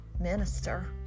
minister